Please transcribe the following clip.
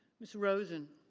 ms. rosen.